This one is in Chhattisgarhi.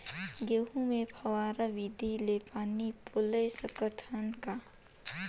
गहूं मे फव्वारा विधि ले पानी पलोय सकत हन का?